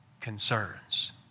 concerns